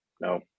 no